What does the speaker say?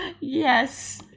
Yes